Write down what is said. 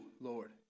Lord